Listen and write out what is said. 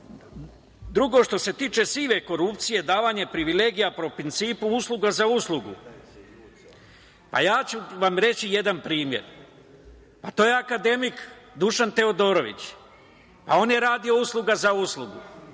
što se tiče sive korupcije, davanje privilegija po principu usluga za uslugu, ja ću vam reći jedan primer. To je akademik Dušan Teodorović, on je radio usluga za uslugu,